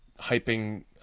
hyping